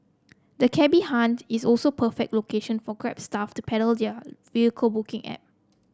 the cabby haunt is also perfect location for Grab staff to peddle their vehicle booking app